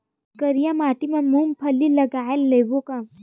करिया माटी मा मूंग फल्ली लगय लेबों का?